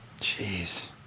Jeez